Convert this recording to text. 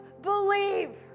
believe